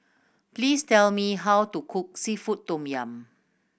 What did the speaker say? please tell me how to cook seafood tom yum